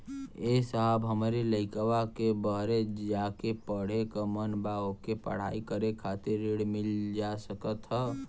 ए साहब हमरे लईकवा के बहरे जाके पढ़े क मन बा ओके पढ़ाई करे खातिर ऋण मिल जा सकत ह?